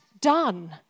done